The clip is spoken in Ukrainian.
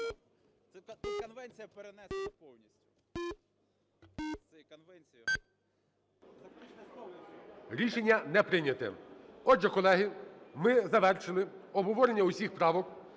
Рішення не прийнято. Отже, колеги, ми завершили обговорення усіх правок.